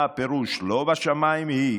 מה הפירוש, לא בשמיים היא?